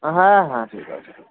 হ্যাঁ হ্যাঁ ঠিক আছে